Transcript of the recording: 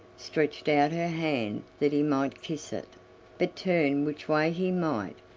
stretched out her hand that he might kiss it but turn which way he might,